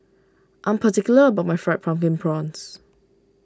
I am particular about my Fried Pumpkin Prawns